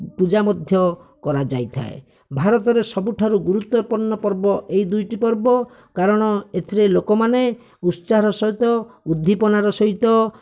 ପୂଜା ମଧ୍ୟ କରାଯାଇଥାଏ ଭାରତରେ ସବୁଠାରୁ ଗୁରୁତ୍ୱପୂର୍ଣ୍ଣ ପର୍ବ ଏହି ଦୁଇଟି ପର୍ବ କାରଣ ଏଥିରେ ଲୋକମାନେ ଉତ୍ସାହର ସହିତ ଉଦ୍ଦୀପନାର ସହିତ